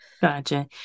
Gotcha